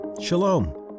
Shalom